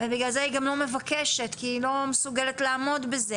ובגלל זה היא גם לא מבקשת כי היא גם לא מסוגלת לעמוד בזה,